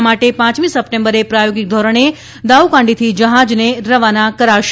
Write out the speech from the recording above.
આ માટે પાંચમી સપ્ટેમ્બરે પ્રાયોગિક ધોરણે દાઉકાંડીથી જહાજને રવાના કરાશે